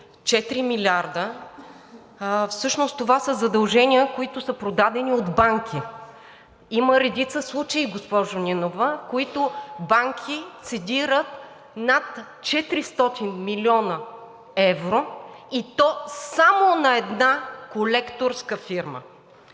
4 милиарда, всъщност това са задължения, които са продадени от банки. Има редица случаи, госпожо Нинова, в които банки цедират над 400 милиона евро, и то само на една колекторска фирма.